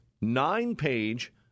nine-page